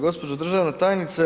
Gospođo državna tajnice.